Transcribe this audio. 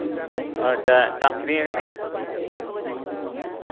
ᱟᱪᱪᱷᱟ ᱪᱟᱢ ᱟᱹᱠᱷᱨᱤᱧᱮᱫ ᱠᱟᱱ ᱜᱮᱭᱟ